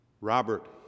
Robert